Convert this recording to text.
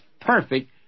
perfect